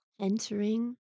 entering